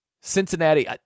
Cincinnati